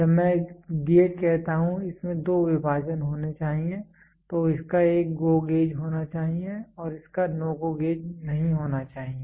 जब मैं गेज कहता हूं इसमें दो विभाजन होने चाहिए तो इसका एक GO गेज होना चाहिए और इसका NO GO गेज नहीं होना चाहिए